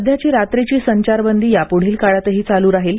सध्याची रात्रीची संचारबंदी यापुढील काळातही चालू राहिल